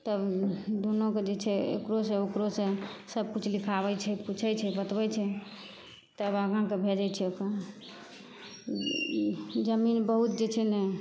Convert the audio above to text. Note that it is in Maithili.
तब दुनूके जे छै एकरो से ओकरो से सब किछु लिखाबै छै पूछैत छै बतबैत छै तब आगाँके भेजै छै अपन ओ उह जमीन बहुत जे छै ने